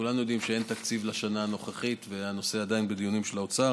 כולנו יודעים שאין תקציב לשנה הנוכחית והנושא עדיין בדיונים של האוצר.